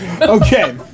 Okay